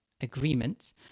agreements